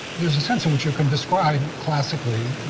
there's a sense in which you can describe, classically,